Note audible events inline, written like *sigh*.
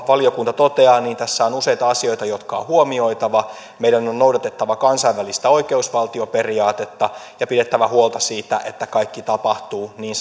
valiokunta toteaa tässä on useita asioita jotka on huomioitava meidän on noudatettava kansainvälistä oikeusvaltioperiaatetta ja pidettävä huolta siitä että kaikki tapahtuu niin *unintelligible*